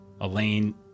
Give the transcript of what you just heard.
Elaine